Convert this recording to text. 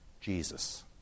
Jesus